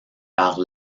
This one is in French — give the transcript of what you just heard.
par